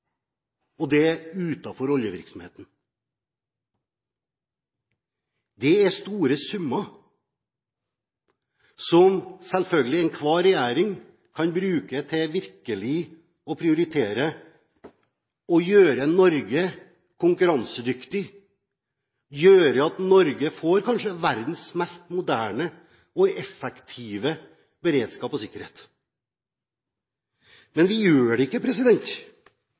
kr, og det utenfor oljevirksomheten. Det er store summer som selvfølgelig enhver regjering kan bruke til virkelig å prioritere og gjøre Norge konkurransedyktig, gjøre at Norge kanskje får verdens mest moderne og effektive beredskap og sikkerhet. Men vi gjør det ikke,